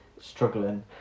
struggling